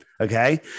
okay